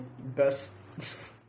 Best